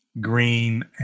green